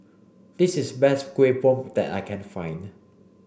this is best Kueh Bom that I can find